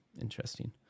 interesting